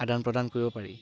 আদান প্ৰদান কৰিব পাৰি